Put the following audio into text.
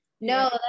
No